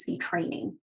training